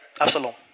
Absalom